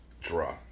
Draw